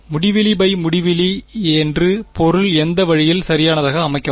முடிவிலி பை முடிவிலி என்று பொருள் எந்த வழியில் சரியானதாக அமைக்கவும்